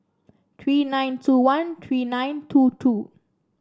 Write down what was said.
three nine two one three nine two two